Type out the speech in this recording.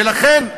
ולכן,